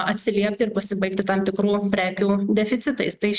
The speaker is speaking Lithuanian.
atsiliepti ir pasibaigti tam tikrų prekių deficitais tai iš